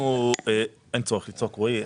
אין צורך לצעוק, רועי.